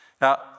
Now